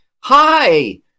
hi